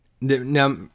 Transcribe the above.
Now